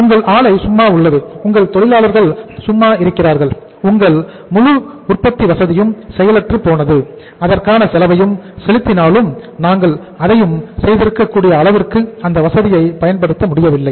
உங்கள் ஆலை சும்மா உள்ளது உங்கள் தொழிலாளர்கள் சும்மா இருக்கிறார்கள் உங்கள் முழு உற்பத்தி வசதியும் செயலற்று போனது அதற்கான செலவையும் செலுத்தினாலும் நாங்கள் அதையும் செய்திருக்கக் கூடிய அளவிற்கு அந்த வசதியை பயன்படுத்த முடியவில்லை